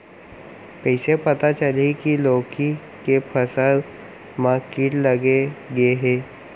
कइसे पता चलही की लौकी के फसल मा किट लग गे हे?